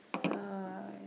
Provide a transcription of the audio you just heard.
sigh